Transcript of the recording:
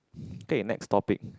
K next topic